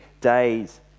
days